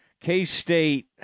K-State